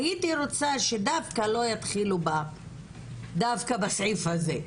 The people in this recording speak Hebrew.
הייתי רוצה שדווקא לא יתחילו דווקא בסעיף הזה.